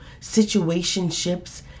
situationships